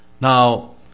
Now